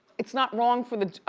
it's not wrong for the,